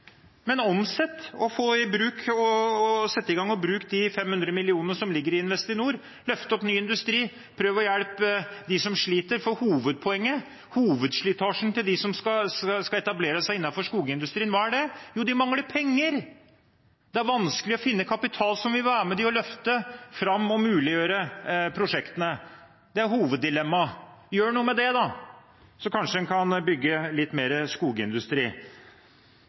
Men omsett og få i bruk og sett i gang og bruk de 500 mill. kr som ligger i Investinor. Løft opp ny industri. Prøv å hjelpe dem som sliter, for hovedpoenget – hovedslitasjen – til dem som skal etablere seg innenfor skogindustrien, hva er det? Jo, de mangler penger. Det er vanskelig å finne kapital som vil være med og løfte fram og muliggjøre prosjektene. Det er hoveddilemmaet. Gjør noe med det, da, så kanskje man kan bygge litt mer skogindustri.